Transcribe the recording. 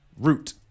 Root